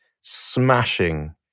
smashing